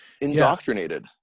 indoctrinated